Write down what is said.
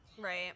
Right